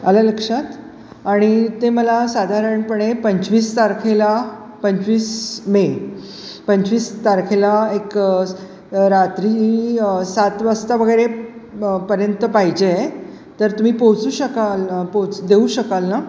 आलं लक्षात आणि ते मला साधारणपणे पंचवीस तारखेला पंचवीस मे पंचवीस तारखेला एक रात्री सात वाजता वगैरे पर्यंत पाहिजे आहे तर तुम्ही पोहचू शकाल पोच देऊ शकाल ना